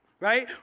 right